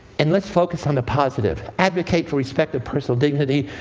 and let's focus on the positive. advocate for respect of personal dignity,